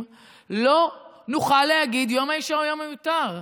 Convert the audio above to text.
לא נוכל להגיד שיום האישה הוא יום מיותר.